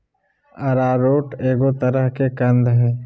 arrowroot एगो तरह के कंद हइ